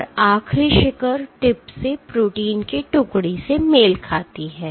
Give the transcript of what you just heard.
और आखिरी शिखर टिप से प्रोटीन की टुकड़ी से मेल खाती है